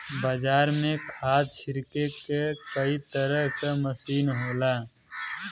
बाजार में खाद छिरके के कई तरे क मसीन होला